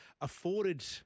afforded